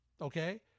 okay